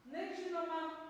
na ir ir žinoma